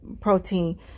protein